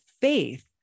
faith